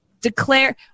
Declare